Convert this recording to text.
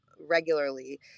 regularly